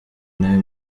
n’ayo